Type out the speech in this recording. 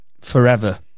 forever